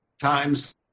times